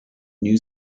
new